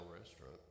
restaurant